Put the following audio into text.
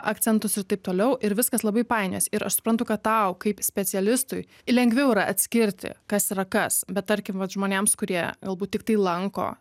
akcentus ir taip toliau ir viskas labai painiojasi ir aš suprantu kad tau kaip specialistui lengviau yra atskirti kas yra kas bet tarkim vat žmonėms kurie galbūt tiktai lanko